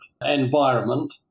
environment